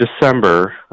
december